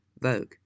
Vogue